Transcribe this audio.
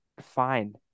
Fine